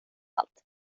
allt